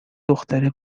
دختره